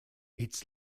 its